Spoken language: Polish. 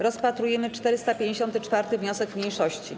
Rozpatrujemy 454. wniosek mniejszości.